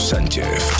Sánchez